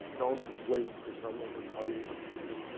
don't wait for someone to tell you what to do.